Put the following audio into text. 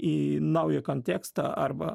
į naują kontekstą arba